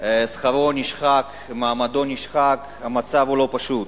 שכרו נשחק, מעמדו נשחק, המצב הוא לא פשוט.